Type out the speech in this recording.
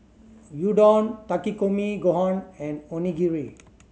Gyudon Takikomi Gohan and Onigiri